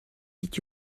did